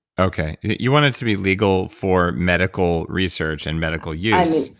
okay, you want it to be legal for medical research and medical use.